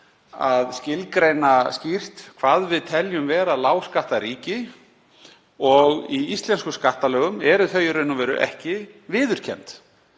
að skilgreina skýrt hvað við teljum vera lágskattaríki. Í íslenskum skattalögum eru þau í raun og veru ekki viðurkennd.